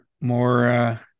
more